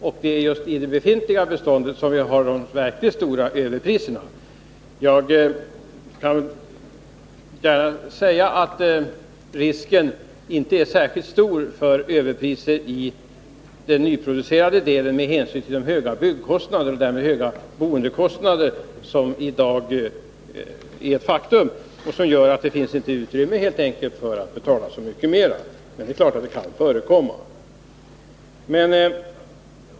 Och det är just i det befintliga beståndet som vi har de verkliga överpriserna. Risken är inte heller särskilt stor för överpriser på de nyproducerade bostadsrätterna, på grund av de höga byggkostnader och därmed höga boendekostnader som i dag är ett faktum. Detta gör att det helt enkelt inte finns utrymme för att betala överpriser. Det är dock klart att sådana kan förekomma.